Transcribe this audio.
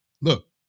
Look